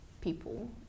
people